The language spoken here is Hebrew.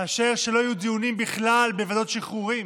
מאשר שלא יהיו דיונים בכלל בוועדות שחרורים.